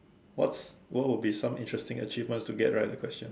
what's what will be some interesting achievements to get right at the question